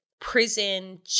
prison